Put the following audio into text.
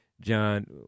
John